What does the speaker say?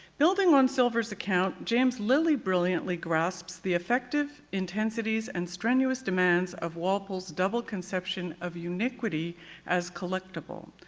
building on silver's account, james lilley brilliantly grasps the effective intensities and strenuous demands of walpole's double conception of yeah uniquity as collectible.